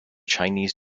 chinese